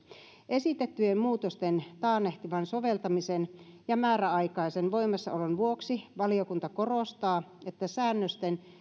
esitettyjen muutosten taannehtivan soveltamisen ja määräaikaisen voimassaolon vuoksi valiokunta korostaa että säännösten